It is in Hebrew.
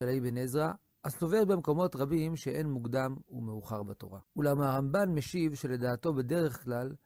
של איבן עזרא, הסובר במקומות רבים שאין מוקדם ומאוחר בתורה. אולם הרמב"ן משיב שלדעתו בדרך כלל